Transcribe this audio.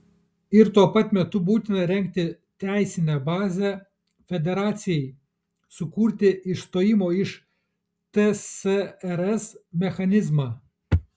ir tuo pat metu būtina rengti teisinę bazę federacijai sukurti išstojimo iš tsrs mechanizmą